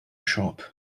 shop